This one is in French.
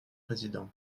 président